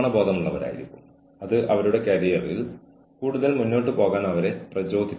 ജീവനക്കാരന് അവരുടെ വിയോജിപ്പ് രേഖാമൂലം അറിയിക്കാൻ കഴിയും